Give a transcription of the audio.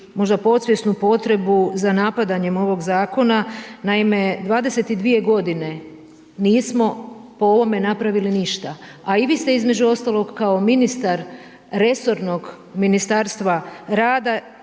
možda podsvjesnu potrebu za napadanjem ovog zakona. Naime 22 godine nismo po ovome napravili ništa. A i vi ste između ostalog kao ministar resornog Ministarstva rada